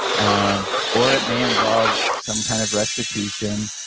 um or it may involve some kind of restitution.